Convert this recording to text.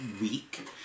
week